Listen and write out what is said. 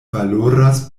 valoras